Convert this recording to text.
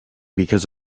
because